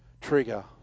trigger